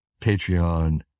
Patreon